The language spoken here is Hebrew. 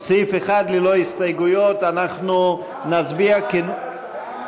אנחנו עוברים להסתייגויות לסעיף 1,